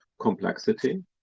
complexity